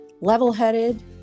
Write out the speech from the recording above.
level-headed